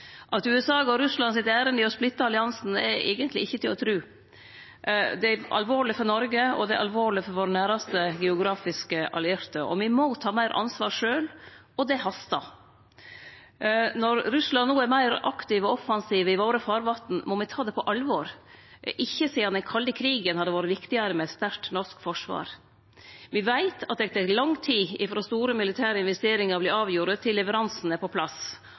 At USA går Russland sitt ærend i å splitte alliansen er eigentleg ikkje til å tru. Det er alvorleg for Noreg, og det er alvorleg for vår næraste geografisk allierte. Me må ta meir ansvar sjølve, og det hastar. Når Russland no er meir aktiv og offensiv i våre farvatn, må me ta det på alvor. Ikkje sidan den kalde krigen har det vore viktigare med eit sterkt norsk forsvar. Me veit at det tek lang tid frå store militære investeringar vert avgjorde til leveransen er på plass